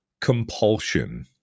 compulsion